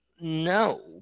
No